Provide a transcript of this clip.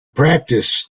practice